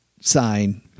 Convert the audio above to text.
sign